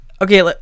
okay